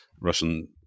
Russian